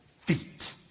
feet